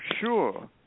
sure